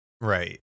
Right